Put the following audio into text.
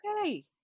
okay